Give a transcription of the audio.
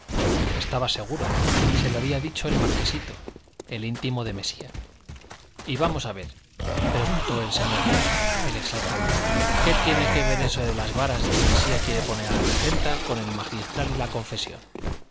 estaba seguro se lo había dicho el marquesito el íntimo de mesía y vamos a ver preguntó el señor foja el ex alcalde qué tiene que ver eso de las varas que mesía quiere poner a la regenta con el magistral y la confesión